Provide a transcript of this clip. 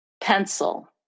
pencil